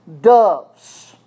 doves